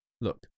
Look